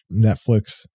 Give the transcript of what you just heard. Netflix